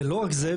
ולא רק זה,